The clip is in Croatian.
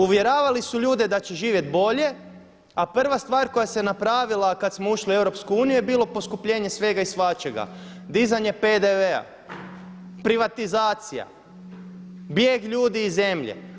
Uvjeravali su ljude da će živjeti bolje a prva stvar koja se napravila kada smo ušli u EU je bilo poskupljenje svega i svačega, dizanje PDV-a, privatizacija, bijeg ljudi iz zemlje.